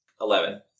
Eleven